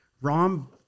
Rom